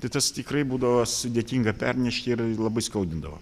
tai tas tikrai būdavo sudėtinga pernešti ir labai skaudindavo